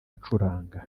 acuranga